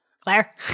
Claire